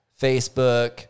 Facebook